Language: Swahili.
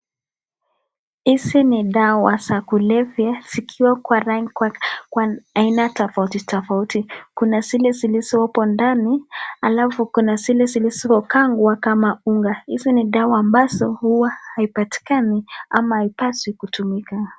Hizi ni dawa za kulevya zikiwa kwa aina tofauti tofauti, kuna zile zilizopo ndani alafu kuna zile zilizo kangwa kama unga .Hizi ni dawa ambazo huwa haipatikani ama haipaswi kutumika.